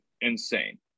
insane